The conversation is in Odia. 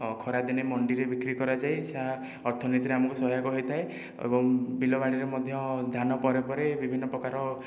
ଖରା ଦିନେ ମଣ୍ଡିରେ ବିକ୍ରି କରାଯାଏ ସାହା ଅର୍ଥନୀତିରେ ଆମକୁ ସହାୟକ ହୋଇଥାଏ ଏବଂ ବିଲବାଡ଼ିରେ ମଧ୍ୟ ଧାନ ପରେ ପରେ ବିଭିନ୍ନ ପ୍ରକାର